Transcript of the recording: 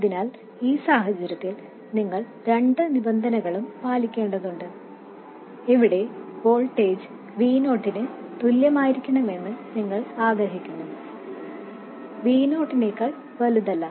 അതിനാൽ ഈ സാഹചര്യത്തിൽ നിങ്ങൾ രണ്ട് നിബന്ധനകളും പാലിക്കേണ്ടതുണ്ട് ഇവിടെ വോൾട്ടേജ് V o ന് തുല്യമായിരിക്കണമെന്ന് നിങ്ങൾ ആഗ്രഹിക്കുന്നു V o നേക്കാൾ വലുതല്ല